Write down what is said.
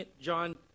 John